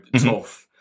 tough